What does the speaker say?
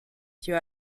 you